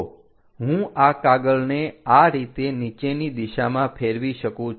તો હું આ કાગળને આ રીતે નીચેની દિશામાં ફેરવી શકું છું